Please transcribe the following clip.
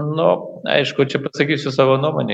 nu aišku čia pasakysiu savo nuomonę